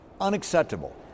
unacceptable